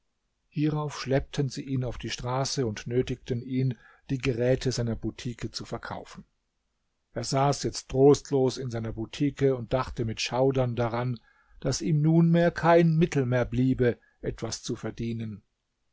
hierauf schleppten sie ihn auf die straße und nötigten ihn die geräte seiner butike zu verkaufen er saß jetzt trostlos in seiner butike und dachte mit schaudern daran daß ihm nunmehr kein mittel mehr bliebe etwas zu verdienen